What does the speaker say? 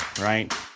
Right